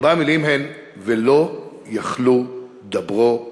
ארבע המילים הן "ולא יכלו דברו לשלום".